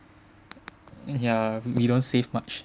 ya we don't save much